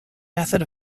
method